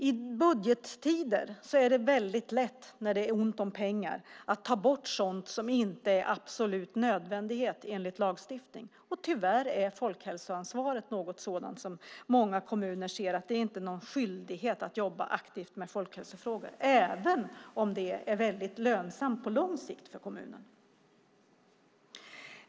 I budgettider är det väldigt lätt, när det är ont om pengar, att ta bort sådant som inte är en absolut nödvändighet enligt lagstiftning, och tyvärr är det många kommuner som inte ser det som någon skyldighet att jobba aktivt med folkhälsofrågor, även om det är väldigt lönsamt på lång sikt för kommunerna.